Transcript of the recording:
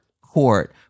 court